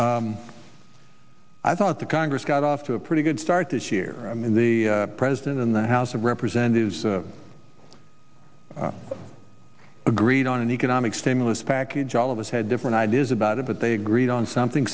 that i thought the congress got off to a pretty good start this year when the president in the house of representatives agreed on an economic stimulus package all of us had different ideas about it but they agreed on something